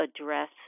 address